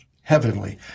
heavenly